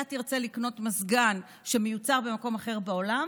תרצה לקנות מזגן שמיוצר במקום אחר בעולם,